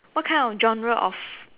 what kind of genre of